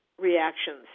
reactions